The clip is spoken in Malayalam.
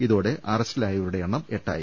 ഇതോടെ അറസ്റ്റിലായവരുടെ എണ്ണം എട്ടായി